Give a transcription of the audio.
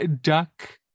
duck